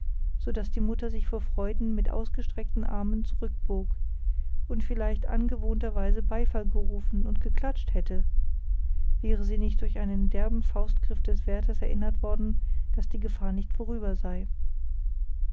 untiers sodaß die mutter sich vor freuden mit ausgestreckten armen zurückbog und vielleicht angewohnterweise beifall gerufen und geklatscht hätte wäre sie nicht durch einen derben faustgriff des wärtels erinnert worden daß die gefahr nicht vorüber sei